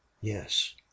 yes